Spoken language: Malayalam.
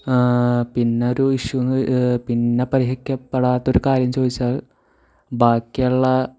പിന്നൊരു ഇഷ്യൂന്ന് പിന്നെ പരിഹരിക്കപ്പെടാത്തൊരു കാര്യം ചോദിച്ചാൽ ബാക്കിയുള്ള